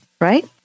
right